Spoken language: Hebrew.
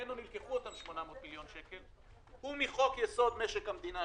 ממנו נלקח סכום זה הוא מחוק- יסוד: משק המדינה,